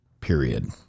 Period